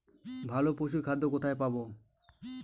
ভালো পশুর খাদ্য কোথায় পাবো?